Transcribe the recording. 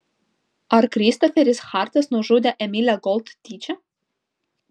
ar kristoferis hartas nužudė emilę gold tyčia